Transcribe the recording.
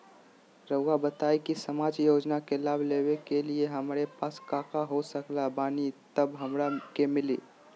रहुआ बताएं कि सामाजिक योजना के लाभ लेने के लिए हमारे पास काका हो सकल बानी तब हमरा के मिली?